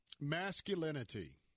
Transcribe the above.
masculinity